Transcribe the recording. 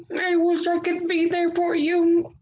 i wishive could be there for you.